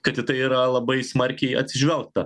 kad į tai yra labai smarkiai atsižvelgta